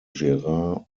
gerard